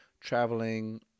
traveling